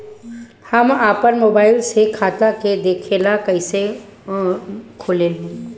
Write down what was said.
हम आपन मोबाइल से खाता के देखेला कइसे खोलम?